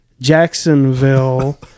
Jacksonville